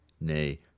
nay